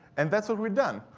and that's what we've done.